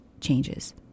changes